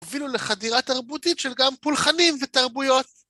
הובילו לחדירה תרבותית של גם פולחנים ותרבויות.